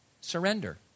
Surrender